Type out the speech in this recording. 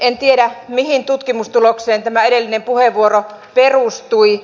en tiedä mihin tutkimustulokseen edellinen puheenvuoro perustui